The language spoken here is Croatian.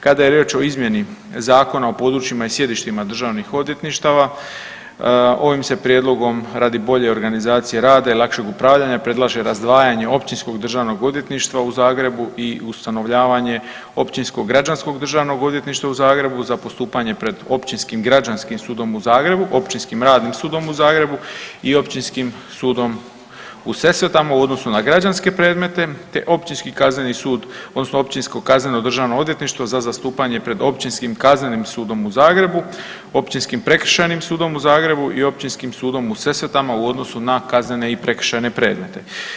Kada je riječ o izmjeni Zakona o područjima i sjedištima državnih odvjetništava ovim se prijedlogom radi bolje organizacije rada i lakšeg upravljanja predlaže razdvajanje Općinskog i državnog odvjetništva u Zagrebu i ustanovljavanje Općinskog građanskog državnog odvjetništva u Zagrebu za postupanje pred Općinskim građanskim sudom u Zagrebu, Općinskim radnim sudom u Zagrebu i Općinskim sudom u Sesvetama u odnosu na građanske predmete, te općinski kazneni sud odnosno općinsko kazneno državno odvjetništvo za zastupanje pred Općinskim kaznenim sudom u Zagrebu, Općinskim prekršajnim sudom u Zagrebu i Općinskim sudom u Sesvetama u odnosu na kaznene i prekršajne predmete.